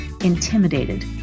intimidated